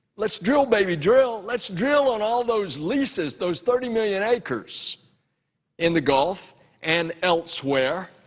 let's drill, baby, drill, let's drill on all those leases, those thirty million acres in the gulf and elsewhere